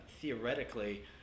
theoretically